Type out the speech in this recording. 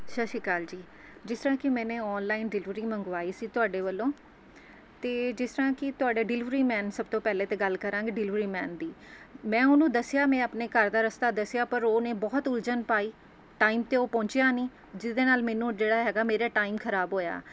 ਸਤਿ ਸ਼੍ਰੀ ਅਕਾਲ ਜੀ ਜਿਸ ਤਰ੍ਹਾਂ ਕਿ ਮੈਨੇ ਔਨਲਾਈਨ ਡਿਲੀਵਰੀ ਮੰਗਵਾਈ ਸੀ ਤੁਹਾਡੇ ਵੱਲੋਂ ਅਤੇ ਜਿਸ ਤਰ੍ਹਾਂ ਕਿ ਤੁਹਾਡਾ ਡਿਲੀਵਰੀ ਮੈਨ ਸਭ ਤੋਂ ਪਹਿਲੇ ਤੇ ਗੱਲ ਕਰਾਂਗੇ ਡਿਲੀਵਰੀ ਮੈਨ ਦੀ ਮੈਂ ਉਹਨੂੰ ਦੱਸਿਆ ਮੈਂ ਆਪਣੇ ਘਰ ਦਾ ਰਸਤਾ ਦੱਸਿਆ ਪਰ ਉਹ ਨੇ ਬਹੁਤ ਉਲਝਣ ਪਾਈ ਟਾਈਮ 'ਤੇ ਉਹ ਪਹੁੰਚਿਆ ਨਹੀਂ ਜਿਹਦੇ ਨਾਲ ਮੈਨੂੰ ਜਿਹੜਾ ਹੈਗਾ ਮੇਰਾ ਟਾਈਮ ਖਰਾਬ ਹੋਇਆ